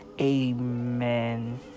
amen